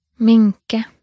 Minke